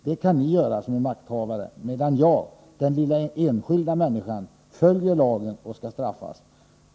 Det kan Ni göra som makthavare, medan jag — den lilla enskilda människan — följer lagen och skall straffas.